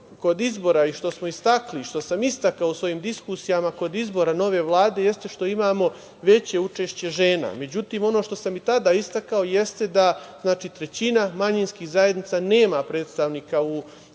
i što smo istakli i što sam istakao u svojim diskusijama kod izbora nove Vlade jeste što imamo veće učešće žena. Međutim, ono što sam i tada istakao jeste da trećina manjinskih zajednica nema predstavnika u